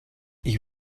ich